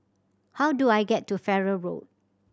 how do I get to Farrer Road